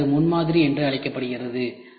பின்னர் அது முன்மாதிரி என்று அழைக்கப்படுகிறது